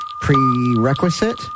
prerequisite